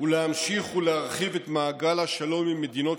ולהמשיך ולהרחיב את מעגל השלום עם מדינות